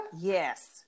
Yes